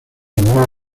nueve